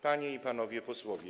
Panie i Panowie Posłowie!